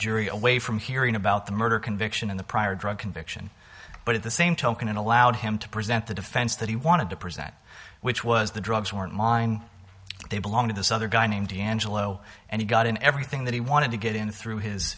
jury away from hearing about the murder conviction in the prior drug conviction but at the same token it allowed him to present the defense that he wanted to present which was the drugs weren't mine they belong to this other guy named d'angelo and he got in everything that he wanted to get in through his